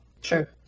sure